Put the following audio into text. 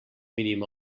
mínim